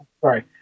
Sorry